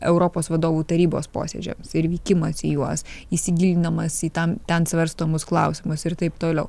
europos vadovų tarybos posėdžiams ir vykimas į juos įsigilinamas į tam ten svarstomus klausimus ir taip toliau